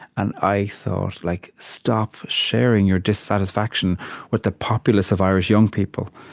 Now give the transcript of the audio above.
and i thought, like, stop sharing your dissatisfaction with the populace of irish young people.